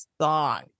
song